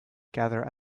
gather